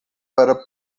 para